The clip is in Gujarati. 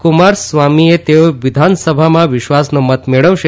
કુમારસ્વામીએ તેઓ વિધાનસભામાં વિશ્વાસનો મત મેળવશે